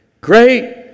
Great